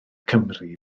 cymru